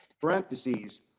parentheses